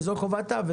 וזאת חובתה.